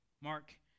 Mark